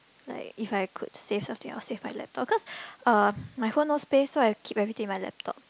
like if I could save something I'll save my laptop cause uh my phone no space so I keep everything in my laptop